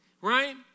right